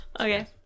Okay